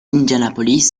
indianapolis